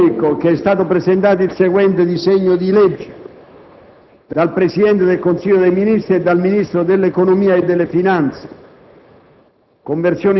Comunico che è stato presentato il seguente disegno di legge: *dal Presidente del Consiglio dei ministri e dal Ministro dell'economia e delle finanze*: